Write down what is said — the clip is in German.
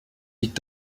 liegt